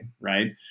right